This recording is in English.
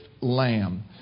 lamb